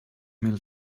mil